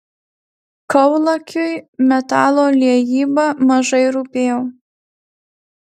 kaulakiui metalo liejyba mažai rūpėjo